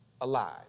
alive